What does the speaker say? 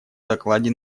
докладе